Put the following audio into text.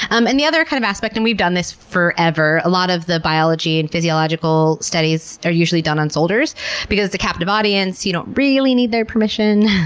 um and the other kind of aspect, and we've done this forever, a lot of the biology and physiological studies are usually done on soldiers because it's a captive audience, you don't really need their permission,